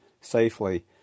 safely